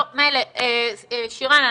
שירן,